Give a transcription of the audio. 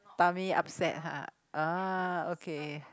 tummy upset !huh! oh okay